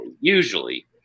Usually